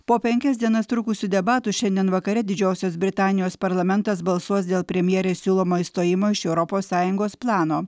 po penkias dienas trukusių debatų šiandien vakare didžiosios britanijos parlamentas balsuos dėl premjerės siūlomo išstojimo iš europos sąjungos plano